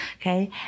okay